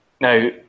Now